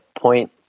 point